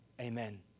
Amen